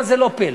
אבל זה לא פלא.